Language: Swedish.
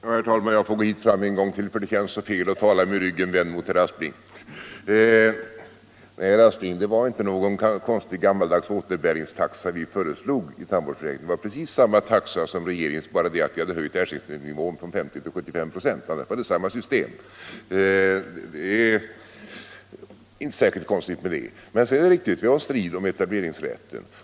Herr talman! Jag får gå fram till talarstolen än en gång — det känns så fel att tala från bänken, med ryggen mot herr Aspling. Nej, herr Aspling, det var inte någon konstig gammaldags återbäringstaxa vi föreslog inom tandvårdsförsäkringen. Det var precis samma taxa som regeringens. Det var bara det att vi hade höjt ersättningsnivån från 50 26 till 75 26. Konstigare var det inte. Det var vidare mycket riktigt en strid om etableringsrätten.